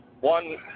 one